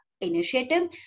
initiative